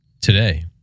today